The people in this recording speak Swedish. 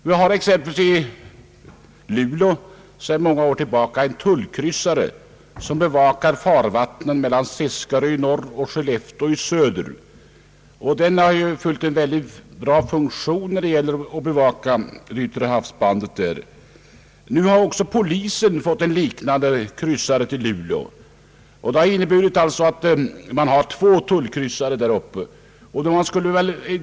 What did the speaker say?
Vi har exempelvis i Luleå sedan många år tillbaka en tullkryssare som bevakar farvattnen mellan Seskarö i norr och Skellefteå i söder, och den har haft en stor funktion att fylla när det gällt att bevaka yttre havsbandet där. Nu har också polisen i Luleå fått en liknande kryssare. Det innebär att man nu har två tullkryssare där uppe.